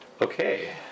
Okay